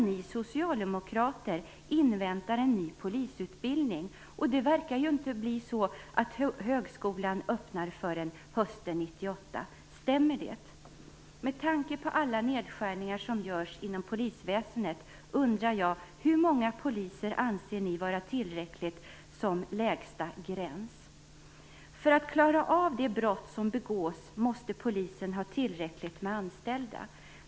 Ni socialdemokrater inväntar däremot en ny polisutbildning, och det verkar inte bli så att högskolan öppnar förrän hösten 1998, stämmer det? Med tanke på alla nedskärningar som görs inom polisväsendet undrar jag: Hur många poliser anser ni vara tillräckligt som lägsta gräns? För att klara av de brott som begås, måste polisen ha tillräckligt med anställda.